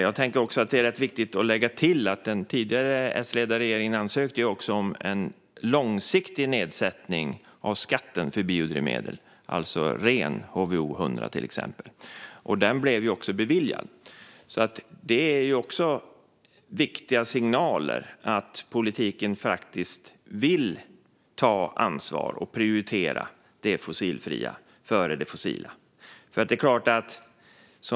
Jag tänker också att det är rätt viktigt att lägga till att den tidigare Sledda regeringen ansökte om en långsiktig nedsättning av skatten för biodrivmedel, alltså exempelvis ren HVO 100, och att det blev beviljat. Det är en viktig signal att politiken faktiskt vill ta ansvar och prioritera det fossilfria framför det fossila.